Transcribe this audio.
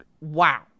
wow